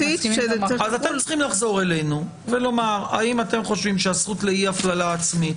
אתם צריכים לחזור אלינו ולומר האם אתם חושבים שהזכות לאי הפללה עצמית